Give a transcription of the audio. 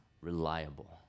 reliable